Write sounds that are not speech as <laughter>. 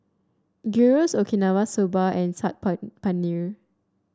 Gyros Okinawa Soba and Saag <unintelligible> Paneer